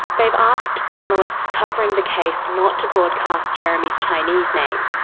they've asked journalists covering the case not to broadcast jeremy's chinese name.